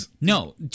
no